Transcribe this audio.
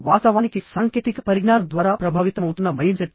వాస్తవానికి సాంకేతిక పరిజ్ఞానం ద్వారా ప్రభావితమవుతున్న మైండ్ సెట్